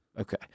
Okay